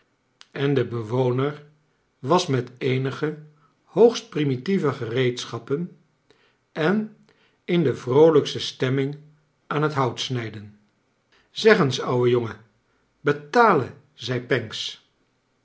en de bewoner was met eenige hoogst primitieve gereedschappen en in de vroolijkste stemming aan het houtsnijden zeg eens ouwe jongen betalen zei pancks